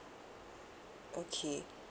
okay